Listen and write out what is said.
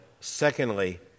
Secondly